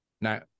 Now